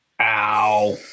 Ow